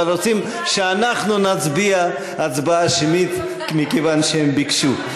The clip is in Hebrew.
אבל רוצים שאנחנו נצביע הצבעה שמית מכיוון שהם ביקשו.